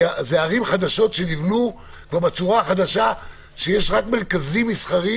כי אלה ערים חדשות שנבנו בצורה החדשה שיש רק מרכזים מסחריים,